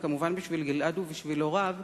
וכמובן בשביל גלעד ובשביל הוריו,